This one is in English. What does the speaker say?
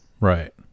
Right